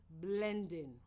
Blending